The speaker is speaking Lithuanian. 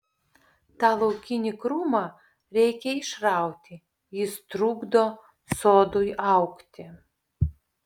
tą laukinį krūmą reikia išrauti jis trukdo sodui augti